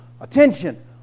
Attention